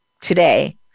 today